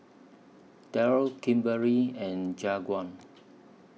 Daryl Kimberlie and Jaquan